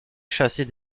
chasser